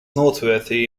noteworthy